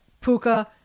Puka